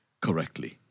correctly